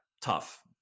tough